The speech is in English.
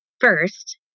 first